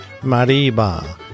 Mariba